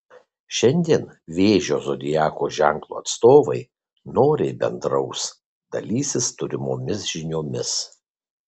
šiandien vėžio zodiako ženklo atstovai noriai bendraus dalysis turimomis žiniomis